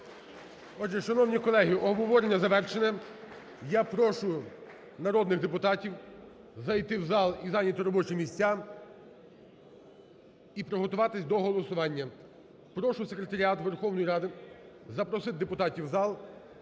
шановні колеги, обговорення завершене. Я прошу народних депутатів зайти в зал і зайняти робочі місця, і приготуватися до голосування. Прошу секретаріат Верховної Ради запросити депутатів в зал